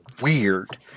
weird